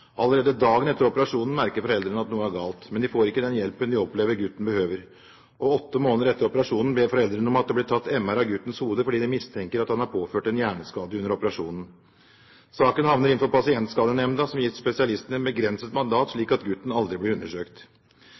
Allerede dagen etter operasjonen merker foreldrene at noe er galt, men de får ikke den hjelpen de opplever at gutten behøver. Åtte måneder etter operasjonen ber foreldrene om at det blir tatt MR av guttens hode, fordi de mistenker at han er påført en hjerneskade under operasjonen. Saken havner i Pasientskadenemnda, som gir spesialisten et begrenset mandat, slik at gutten aldri blir undersøkt.